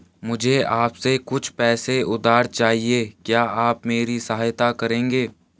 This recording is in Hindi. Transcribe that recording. मुझे आपसे कुछ पैसे उधार चहिए, क्या आप मेरी सहायता करेंगे?